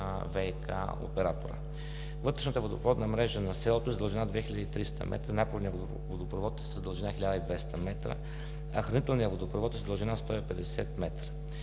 ВИК оператора. Вътрешната водопроводна мрежа на селото е с дължина 2300 м, напорният водопровод е с дължина 1200 м, а хранителният водопровод е с дължина 150 м.